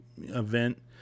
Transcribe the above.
event